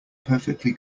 perfectly